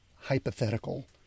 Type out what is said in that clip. hypothetical